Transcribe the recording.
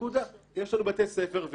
יש לנו בתי ספר,